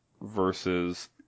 versus